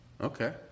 Okay